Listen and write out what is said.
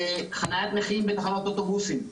חניית נכים בתחנות אוטובוסים.